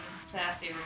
sassy